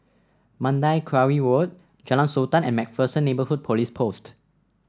Mandai Quarry Road Jalan Sultan and MacPherson Neighbourhood Police Post